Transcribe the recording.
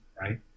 Right